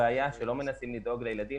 הבעיה שלא מנסים לדאוג לילדים,